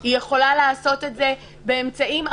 היא יכולה לעשות את זה באמצעים אחרים.